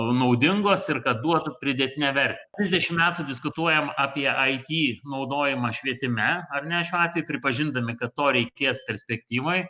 naudingos ir kad duotų pridėtinę vertę trisdešimt metų diskutuojam apie it naudojimą švietime ar ne šiuo atveju pripažindami kad to reikės perspektyvoj